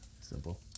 simple